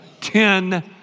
Ten